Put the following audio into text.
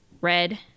red